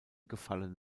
gefallen